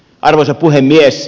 arvoisa puhemies